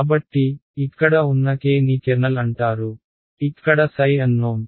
కాబట్టి ఇక్కడ ఉన్న K ని కెర్నల్ అంటారు ఇక్కడ అన్నోన్